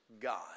God